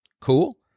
Cool